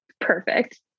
perfect